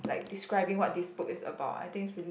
like describing what this book is about I think it's really